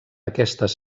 aquestes